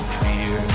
fear